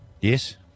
Yes